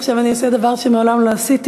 עכשיו אני אעשה דבר שמעולם לא עשיתי,